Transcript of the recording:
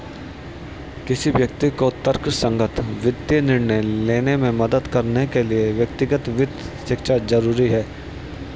किसी व्यक्ति को तर्कसंगत वित्तीय निर्णय लेने में मदद करने के लिए व्यक्तिगत वित्त शिक्षा जरुरी है